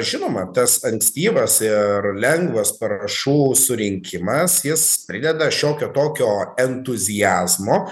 žinoma tas ankstyvas ir lengvas parašų surinkimas jis prideda šiokio tokio entuziazmo